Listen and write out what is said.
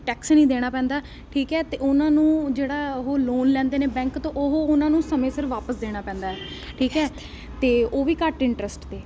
tax ਹੀ ਨਹੀਂ ਦੇਣਾ ਪੈਂਦਾ ਠੀਕ ਹੈ ਅਤੇ ਉਹਨਾਂ ਨੂੰ ਜਿਹੜਾ ਉਹ ਲੋਨ ਲੈਂਦੇ ਨੇ ਬੈਂਕ ਤੋਂ ਉਹ ਉਹਨਾਂ ਨੂੰ ਸਮੇਂ ਸਿਰ ਵਾਪਿਸ ਦੇਣਾ ਪੈਂਦਾ ਠੀਕ ਹੈ ਅਤੇ ਉਹ ਵੀ ਘੱਟ ਇੰਟਰਸਟ 'ਤੇ